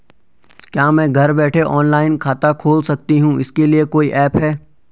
क्या मैं घर बैठे ऑनलाइन खाता खोल सकती हूँ इसके लिए कोई ऐप है?